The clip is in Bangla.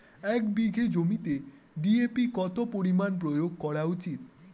এক বিঘে জমিতে ডি.এ.পি কত পরিমাণ প্রয়োগ করা উচিৎ?